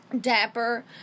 dapper